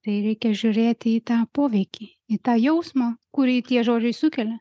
tai reikia žiūrėti į tą poveikį į tą jausmą kurį tie žodžiai sukelia